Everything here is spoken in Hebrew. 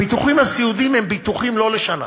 הביטוחים הסיעודיים הם ביטוחים לא לשנה,